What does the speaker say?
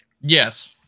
Yes